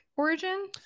origin